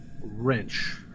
wrench